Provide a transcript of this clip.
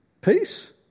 Peace